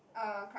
a club